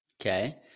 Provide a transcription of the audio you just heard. Okay